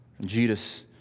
Jesus